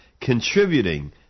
contributing